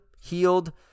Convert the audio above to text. healed